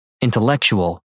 intellectual